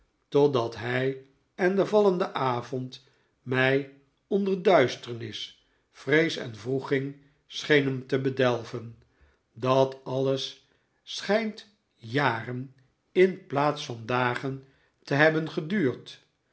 totdat hij en de vallende avond mij onder duisternis vrees en wroeging schenen te bedelven dat alles schijnt jaren in plaats van dagen te hebben geduurd